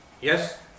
Yes